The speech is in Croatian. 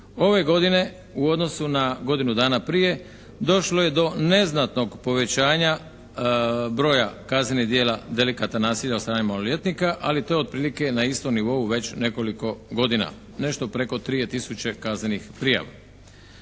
Ove godine u odnosu na godinu dana prije došlo je do neznatnog povećanja broja kaznenih djela delikata nasilja od strane maloljetnika, ali to je otprilike na istom nivou već nekoliko godina, nešto preko 3 je tisuće kaznenih prijava.